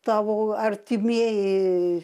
tavo artimieji